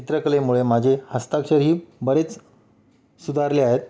चित्रकलेमुळे माझे हस्ताक्षर ही बरेच सुधारले आहेत